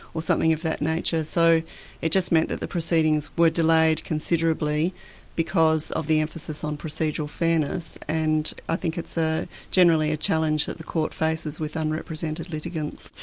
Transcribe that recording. or something of that nature. so it just meant that the proceedings were delayed considerably because of the emphasis on procedural fairness, and i think it's ah generally a challenge that the court faces with unrepresented litigants.